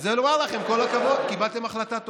זה לומר לכם: כל הכבוד, קיבלתם החלטה טובה.